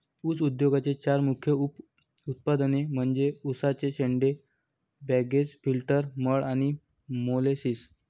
ऊस उद्योगाचे चार मुख्य उप उत्पादने म्हणजे उसाचे शेंडे, बगॅस, फिल्टर मड आणि मोलॅसिस